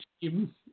team